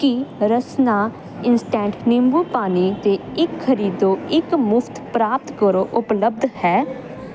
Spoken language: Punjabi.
ਕੀ ਰਸਨਾ ਇੰਸਟਾ ਨਿੰਬੂ ਪਾਣੀ 'ਤੇ ਇੱਕ ਖਰੀਦੋ ਇੱਕ ਮੁਫਤ ਪ੍ਰਾਪਤ ਕਰੋ ਉਪਲੱਬਧ ਹੈ